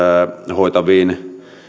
hoitavien